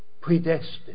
predestined